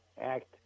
act